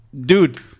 dude